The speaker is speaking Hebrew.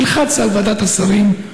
ילחץ על ועדת השרים,